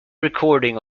recording